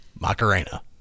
Macarena